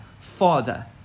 Father